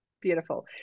Beautiful